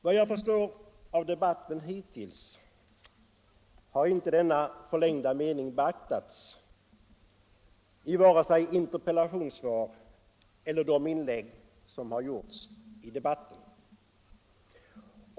Vad jag förstår av debatten hittills har inte denna förlängda mening beaktats i vare sig interpellationssvaret eller de inlägg som har gjorts i debatten.